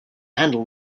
handle